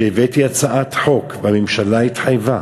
שהבאתי הצעת חוק והממשלה התחייבה